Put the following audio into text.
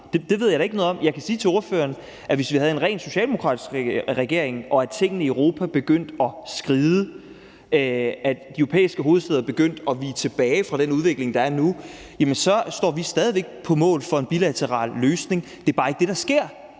Det ved jeg da ikke noget om. Jeg kan sige til ordføreren, at hvis vi havde en rent socialdemokratisk regering, tingene i Europa begyndte at skride og de europæiske hovedstæder begyndte at vige tilbage fra den udvikling, der er nu, står vi stadig væk på mål for en bilateral løsning. Det er bare ikke det, der sker,